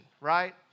right